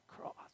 cross